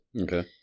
Okay